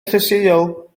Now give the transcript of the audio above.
llysieuol